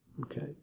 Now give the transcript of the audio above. Okay